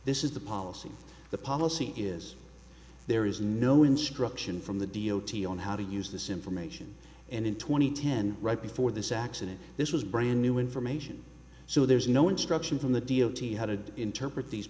this is the policy the policy is there is no instruction from the d o t on how to use this information and in two thousand and ten right before this accident this was brand new information so there's no instruction from the d o t how to interpret these